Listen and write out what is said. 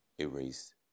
erased